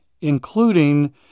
including